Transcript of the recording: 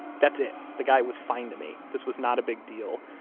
that's it. the guy was fine to me. this was not a big deal.